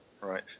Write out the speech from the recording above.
right